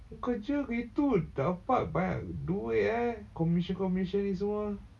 kerja gitu dapat banyak duit eh commission comission ni semua